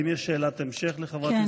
האם יש שאלת המשך לחברת הכנסת פרקש הכהן?